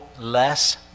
less